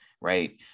right